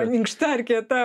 minkšta ar kieta